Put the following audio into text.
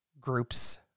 groups